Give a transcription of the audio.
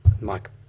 Mike